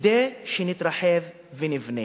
כדי שנתרחב ונבנה.